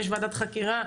יש וועדת חקירה,